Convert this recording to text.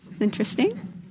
interesting